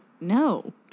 no